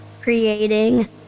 creating